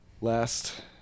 Last